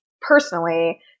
personally